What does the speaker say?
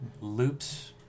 loops